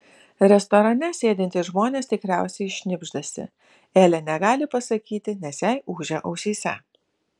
restorane sėdintys žmonės tikriausiai šnibždasi elė negali pasakyti nes jai ūžia ausyse